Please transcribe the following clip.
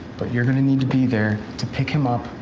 but you're gonna need to be there to pick him up,